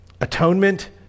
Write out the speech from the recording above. Atonement